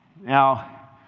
Now